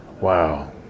Wow